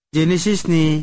Genesis-Ni